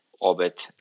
orbit